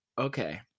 Okay